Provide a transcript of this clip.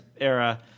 era